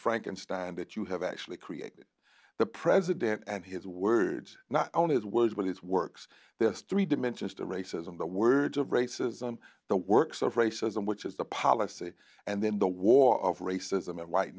frankenstein that you have actually created the president and his words not only his words but his works this three dimensions to racism the words of racism the works of racism which is the policy and then the war of racism and white